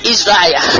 Israel